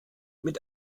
mit